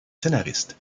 scénariste